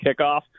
kickoff